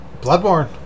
Bloodborne